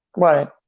right.